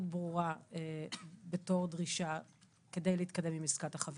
ברורה בתור דרישה כדי להתקדם עם עסקת החבילה.